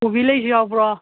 ꯀꯣꯕꯤ ꯂꯩꯁꯨ ꯌꯥꯎꯕ꯭ꯔꯣ